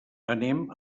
anem